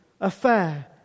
affair